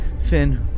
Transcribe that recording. Finn